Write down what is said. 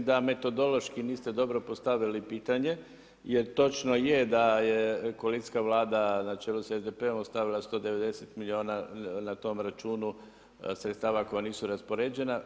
Mislim da metodološki niste dobro postavili pitanje, jer točno je da je koalicijska Vlada na čelu sa SDP-om ostavila 190 milijuna na tom računu sredstava koja nisu raspoređena.